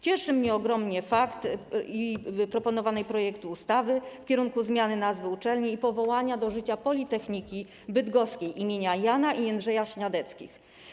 Cieszy mnie ogromnie fakt proponowanego projektu ustawy dotyczącego zmiany nazwy uczelni i powołania do życia Politechniki Bydgoskiej im. Jana i Jędrzeja Śniadeckich.